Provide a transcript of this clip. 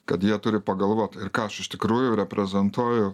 kad jie turi pagalvot ką aš iš tikrųjų reprezentuoju